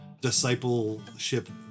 discipleship